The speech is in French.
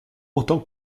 autant